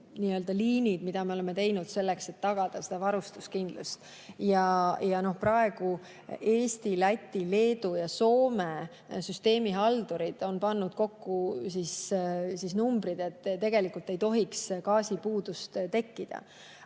liinid, mida me oleme teinud, selleks et tagada varustuskindlust. Eesti, Läti, Leedu ja Soome süsteemihaldurid on pannud kokku numbrid ning tegelikult ei tohiks gaasipuudust tekkida.